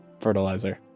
fertilizer